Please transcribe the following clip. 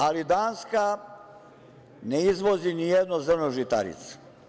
Ali, Danska ne izvozi nijedno zrno žitarica.